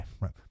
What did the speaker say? right